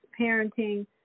parenting